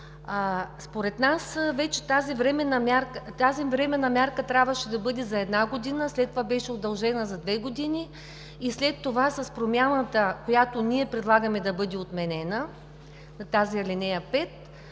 Според нас тази временна мярка трябваше да бъде за една година, след това беше удължена за две години, а след това с промяната, която ние предлагаме да бъде отменена – тази ал. 5,